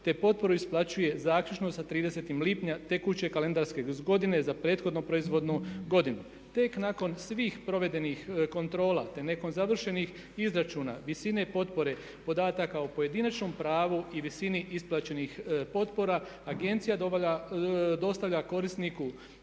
te potporu isplaćuje zaključno sa 30. lipnja tekuće kalendarske godine za prethodnu proizvodnu godinu. Tek nakon svih provedenih kontrola te nakon završenih izračuna visina potpore podataka o pojedinačnom pravu i visini isplaćenih potpora agencija dostavlja korisniku